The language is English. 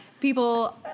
people